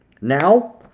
Now